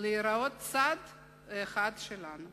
להראות צד אחר שלנו.